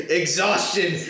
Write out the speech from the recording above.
exhaustion